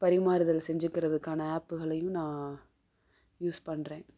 பரிமாறுதல் செஞ்சுக்கிறதுக்கான ஆப்களையும் நான் யூஸ் பண்ணுறேன்